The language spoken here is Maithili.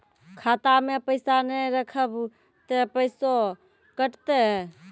खाता मे पैसा ने रखब ते पैसों कटते?